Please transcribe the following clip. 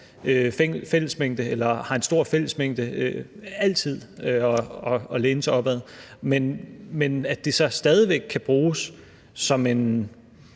fællesmængde eller altid har en stor fællesmængde at læne sig op ad, men hvor det så stadig væk kan bruges som en